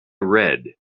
red